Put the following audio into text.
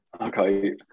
Okay